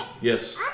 Yes